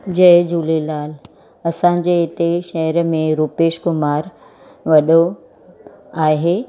जय झूलेलाल असांजे हिते शहर में रुपेश कुमार वॾो आहे